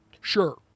Sure